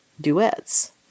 duets